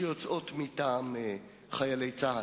שיוצאות מטעם חיילי צה"ל.